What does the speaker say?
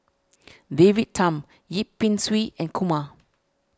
David Tham Yip Pin Xiu and Kumar